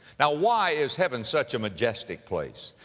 now why is heaven such a majestic place?